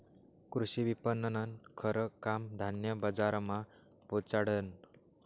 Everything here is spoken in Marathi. कृषी विपणननं खरं काम धान्य बजारमा पोचाडनं